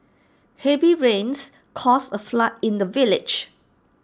heavy rains caused A flood in the village